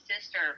sister